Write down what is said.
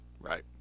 Right